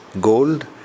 gold